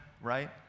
right